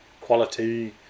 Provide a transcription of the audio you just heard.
quality